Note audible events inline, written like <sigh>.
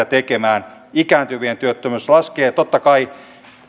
<unintelligible> tekemään ikääntyvien työttömyys laskee totta kai